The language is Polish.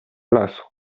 lasu